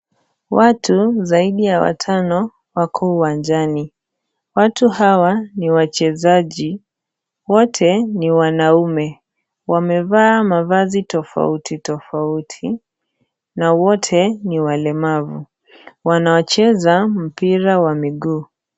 Watu zaidi ya watano wako uwanjani, watu hawa ni wachezaji, wote ni wanaume, wamevaa mavazi tofautitofauti na wote ni walemavu, wanacheza mpira wa miguu.